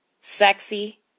Sexy